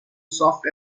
soft